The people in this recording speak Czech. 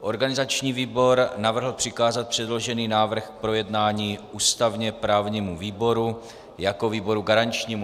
Organizační výbor navrhl přikázat předložený návrh k projednání ústavněprávnímu výboru jako výboru garančnímu.